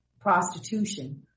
prostitution